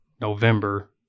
November